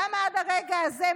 למה עד הרגע הזה,